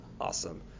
Awesome